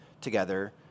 together